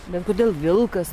bet kodėl vilkas